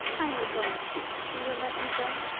i am going too. you will let me go?